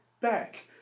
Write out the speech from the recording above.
Back